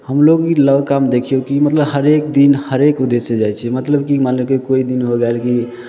हमलोग भी लग काम देखियौ कि मतलब हरेक दिन हरेक उद्देश्यसँ जाइ छी मतलब कि मानि लियौ कि कोइ दिन हो गेल कि